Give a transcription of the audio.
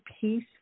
peace